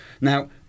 Now